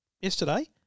yesterday